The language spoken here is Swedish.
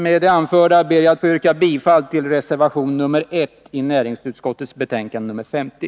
Med det anförda ber jag att få yrka bifall till reservation nr 1 i näringsutskottets betänkande nr 50.